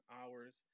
hours